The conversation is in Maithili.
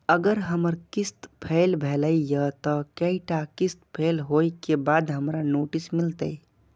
अगर हमर किस्त फैल भेलय त कै टा किस्त फैल होय के बाद हमरा नोटिस मिलते?